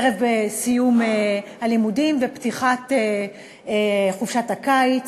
ערב סיום הלימודים ופתיחת חופשת הקיץ,